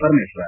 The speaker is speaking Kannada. ಪರಮೇಶ್ವರ್